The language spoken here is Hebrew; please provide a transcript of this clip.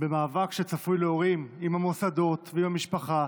במאבק שצפוי להורים עם המוסדות, עם המשפחה,